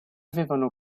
avevano